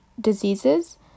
diseases